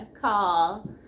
call